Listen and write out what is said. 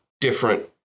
different